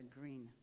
Green